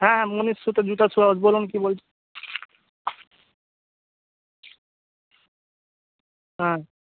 হ্যাঁ হ্যাঁ মণীশ জুতো শ্যু হাউস বলুন কী বল হ্যাঁ